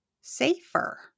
safer